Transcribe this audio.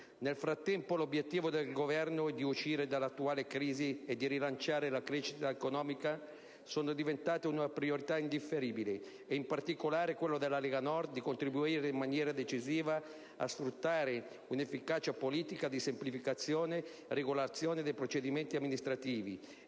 Nel frattempo, l'obiettivo del Governo di uscire dall'attuale crisi e di rilanciare la crescita economica è diventato una priorità indifferibile e in particolare quello della Lega Nord di contribuire in maniera decisiva a strutturare un'efficace politica di semplificazione e regolazione dei procedimenti amministrativi